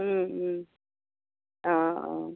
অঁ অঁ